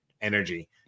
energy